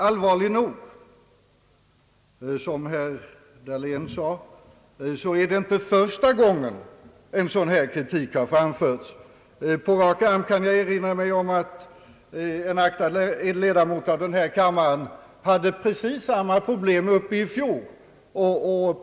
Som herr Dahlén sade är det inte första gången en sådan här kritik har framförts. Jag kan erinra mig att en ledamot i den här kammaren påtalade precis samma problem i fjol.